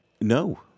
No